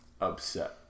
upset